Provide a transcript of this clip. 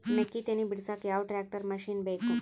ಮೆಕ್ಕಿ ತನಿ ಬಿಡಸಕ್ ಯಾವ ಟ್ರ್ಯಾಕ್ಟರ್ ಮಶಿನ ಬೇಕು?